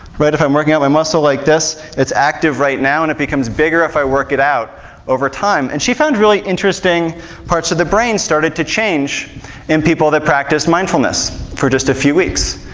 if i'm working out my muscle like this. it's active right now and it becomes bigger if i work it out over time. and she found really interesting parts of the brain started to change in people that practiced mindfulness for just a few weeks.